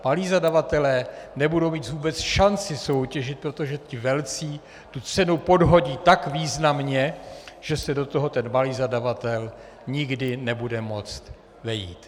Malí zadavatelé nebudou mít vůbec šanci soutěžit, protože ti velcí tu cenu podhodí tak významně, že se do toho malý zadavatel nikdy nebude moct vejít.